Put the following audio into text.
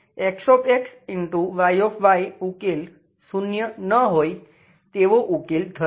Y ઉકેલ શૂન્ય ન હોય તેવો ઉકેલ થશે